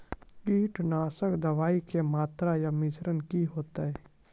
कीटनासक दवाई के मात्रा या मिश्रण की हेते?